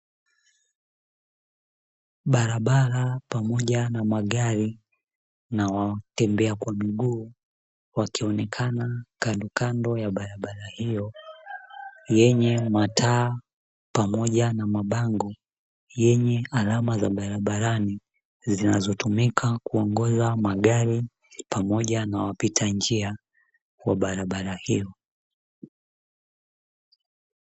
Barabara pamoja na magari na watembea kwa miguu, wakionekana kandokando ya barabara hiyo, yenye mataa pamoja na mabango yenye alama za barabarani, zinazotumika kuongoza magari pamoja na wapita njia wa barabara hiyo.